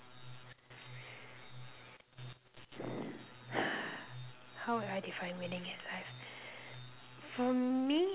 how would I define meaning in life for me